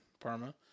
Parma